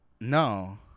No